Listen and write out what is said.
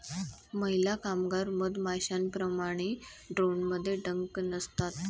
महिला कामगार मधमाश्यांप्रमाणे, ड्रोनमध्ये डंक नसतात